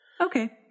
Okay